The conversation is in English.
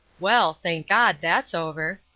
well, thank god, that's over.